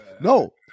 No